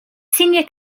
senior